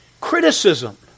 criticism